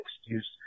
excuse